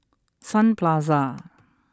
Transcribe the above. Sun Plaza